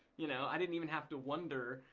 you know i didn't even have to wonder,